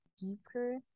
deeper